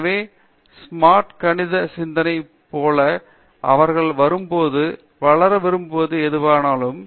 பேராசிரியர் தீபா வெங்கைத் எனவே ஸ்மார்ட் கணித சிந்தனை என்பது அவர்கள் வரும்போது வளர விரும்புவதற்கு ஏதுவானது